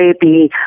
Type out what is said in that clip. baby